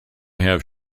have